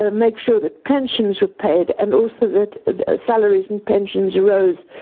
ah make sure that pensions were paid, and also that salaries and pensions rose.